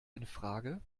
infrage